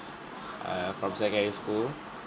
err from secondary school